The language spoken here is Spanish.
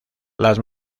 las